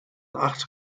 acht